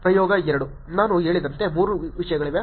ಪ್ರಯೋಗ 2 ನಾನು ಹೇಳಿದಂತೆ 3 ವಿಷಯಗಳಿವೆ